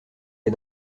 est